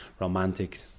romantic